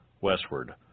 Westward